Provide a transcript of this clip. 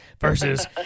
versus